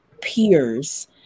peers